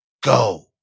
Go